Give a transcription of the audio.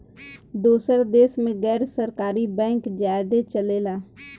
दोसर देश मे गैर सरकारी बैंक ज्यादे चलेला